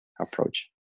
approach